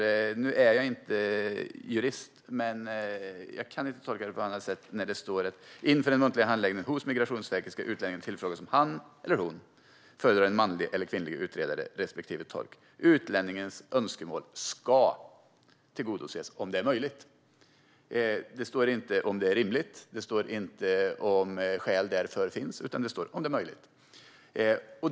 Jag är inte jurist, men jag kan bara tolka det på ett sätt när det står så här: "Inför den muntliga handläggningen hos Migrationsverket ska utlänningen tillfrågas om han eller hon föredrar en manlig eller kvinnlig utredare respektive tolk. Utlänningens önskemål ska tillgodoses om det är möjligt." Det står inte "om det är rimligt" eller "om skäl därför finns" utan "om det är möjligt".